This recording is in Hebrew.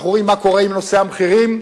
אנחנו רואים מה קורה בנושא המחירים,